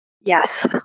Yes